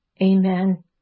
Amen